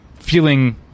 feeling